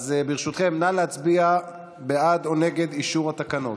ברשותכם, נא להצביע בעד או נגד אישור התקנות.